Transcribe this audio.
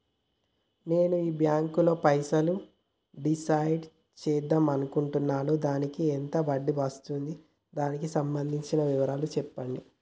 నేను ఈ బ్యాంకులో పైసలు డిసైడ్ చేద్దాం అనుకుంటున్నాను దానికి ఎంత వడ్డీ వస్తుంది దానికి సంబంధించిన వివరాలు చెప్పండి?